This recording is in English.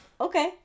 okay